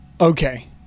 Okay